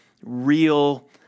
real